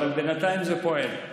אבל בינתיים זה פועל,